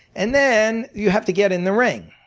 and then you have to get in the ring.